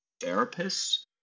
therapists